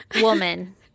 woman